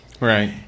right